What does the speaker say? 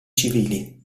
civili